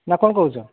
ନା କ'ଣ କହୁଛ